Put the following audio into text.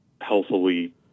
healthily